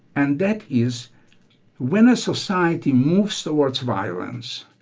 and that is when a society moves towards violence,